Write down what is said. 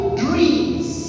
dreams